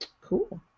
cool